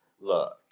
look